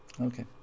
okay